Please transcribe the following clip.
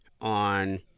on